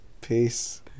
Peace